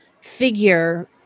figure